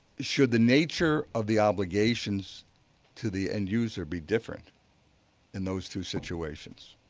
should the nature of the obligations to the end user be different in those two situations?